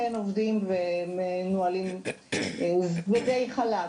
די עובדים ומנוהלים חלק.